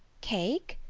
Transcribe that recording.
cake?